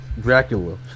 Dracula